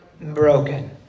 broken